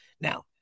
Now